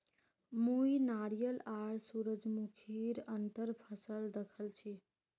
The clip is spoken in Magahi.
मुई नारियल आर सूरजमुखीर अंतर फसल दखल छी